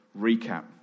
recap